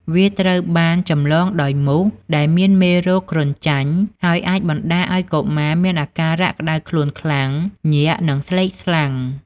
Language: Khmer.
វាត្រូវបានចម្លងដោយមូសដែលមានមេរោគគ្រុនចាញ់ ហើយអាចបណ្តាលឱ្យកុមារមានអាការៈក្តៅខ្លួនខ្លាំង ញាក់ និងស្លេកស្លាំង។